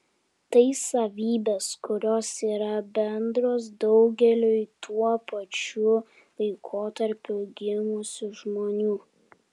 tai savybės kurios yra bendros daugeliui tuo pačiu laikotarpiu gimusių žmonių